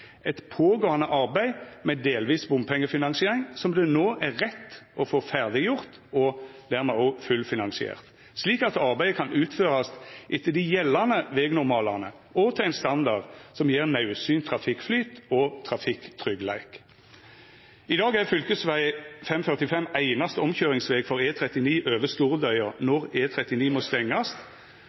eit pågåande arbeid med delvis bompengefinansiering, som det no er rett å få ferdiggjort og dermed fullfinansiert, slik at arbeidet kan utførast etter dei gjeldande vegnormalane, og til ein standard som gjev naudsynt trafikkflyt og trafikktryggleik. I dag er fv. 545 einaste omkøyringsveg for E39 over Stordøya når E39 må